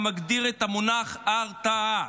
המגדיר את המונח הרתעה.